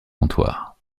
comptoir